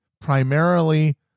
primarily